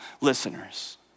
listeners